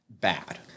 bad